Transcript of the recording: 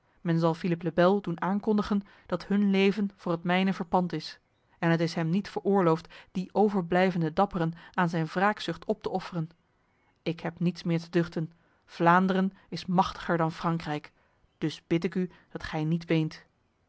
men zal philippe le bel doen aankondigen dat hun leven voor het mijne verpand is en het is hem niet veroorloofd die overblijvende dapperen aan zijn wraakzucht op te offeren ik heb niets meer te duchten vlaanderen is machtiger dan frankrijk dus bid ik u dat gij niet weent